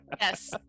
Yes